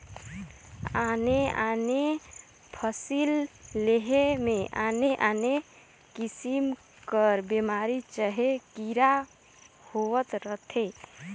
आने आने फसिल लेहे में आने आने किसिम कर बेमारी चहे कीरा होवत रहथें